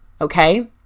okay